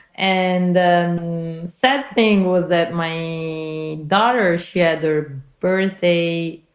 and the sad thing was that my daughter shared the birthday,